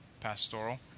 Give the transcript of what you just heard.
pastoral